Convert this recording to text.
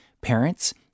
parents